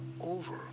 over